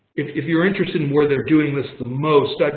if if you're interested in where they're doing this the most,